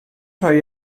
rhoi